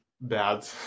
bad